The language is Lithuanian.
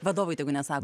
vadovui tegu nesako